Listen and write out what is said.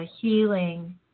healing